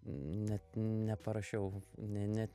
net neparašiau ne net